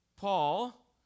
Paul